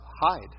hide